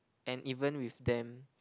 and even with them